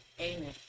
Amen